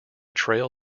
trail